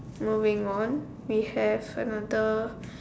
moving on we have another